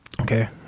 Okay